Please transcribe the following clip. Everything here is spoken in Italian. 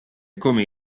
come